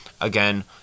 again